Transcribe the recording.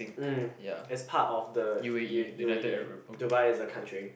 mm it's part of the U U_A_E Dubai is a country